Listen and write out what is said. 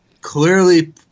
Clearly